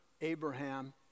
Abraham